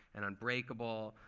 and unbreakable,